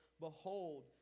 Behold